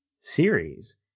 series